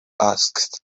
asked